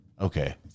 Okay